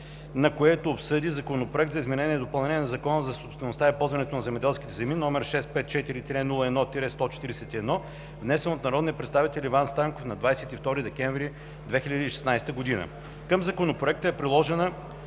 на което обсъди Законопроект за изменение и допълнение на Закона за собствеността и ползването на земеделските земи, № 654-01-141, внесен от народния представител Иван Станков на 22 декември 2016 г. Към Законопроекта е приложена